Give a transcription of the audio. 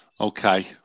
Okay